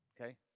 okay